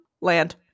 Land